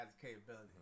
capability